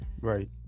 Right